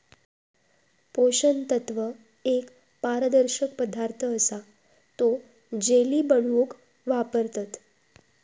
पोषण तत्व एक पारदर्शक पदार्थ असा तो जेली बनवूक वापरतत